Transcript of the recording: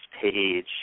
page